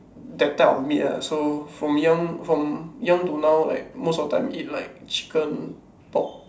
that type of meat ah so from young from young to now like most of time eat like chicken pork